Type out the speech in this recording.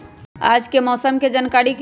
आज के मौसम के जानकारी कि हई?